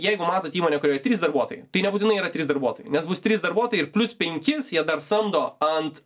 jeigu matot įmonę kurioj trys darbuotojai tai nebūtinai yra trys darbuotojai nes bus trys darbuotojai ir plius penkis jie dar samdo ant